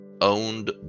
owned